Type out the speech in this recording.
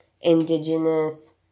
indigenous